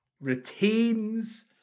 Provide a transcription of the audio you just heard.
retains